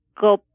go